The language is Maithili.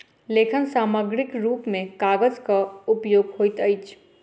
लेखन सामग्रीक रूप मे कागजक उपयोग होइत अछि